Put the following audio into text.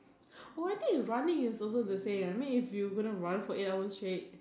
what I think you running is also the same I mean if you gonna run for eight hours straight